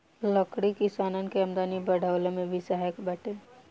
लकड़ी किसानन के आमदनी बढ़वला में भी सहायक बाटे